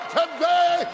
today